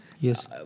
Yes